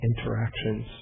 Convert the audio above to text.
interactions